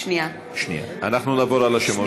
אנחנו נעבור על השמות שוב.